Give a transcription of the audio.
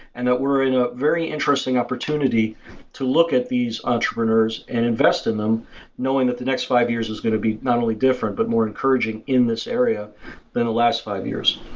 and that were in a very interesting opportunity to look at the these entrepreneurs and investing them knowing that the next five years is going to be not only different, but more encouraging in this area than the last five years.